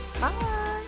Bye